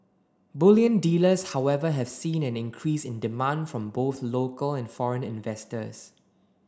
bullion dealers however have seen an increase in demand from both local and foreign investors